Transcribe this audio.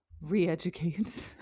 re-educate